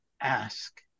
ask